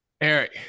Eric